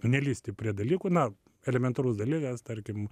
nu nelįsti prie dalykų na elementarus dalykas tarkim